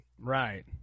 right